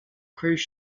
cruise